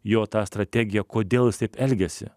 jo tą strategiją kodėl jis taip elgiasi